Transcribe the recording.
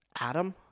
Adam